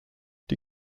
die